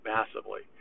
Massively